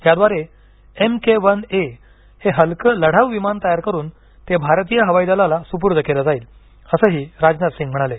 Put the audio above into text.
याद्वारे M K one A हे हलकं लढाऊ विमान तयार करून ते भारतीय हवाई दलाला सुपूर्द केलं जाईलअसं राजनाथ सिंह म्हणाले